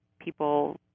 people –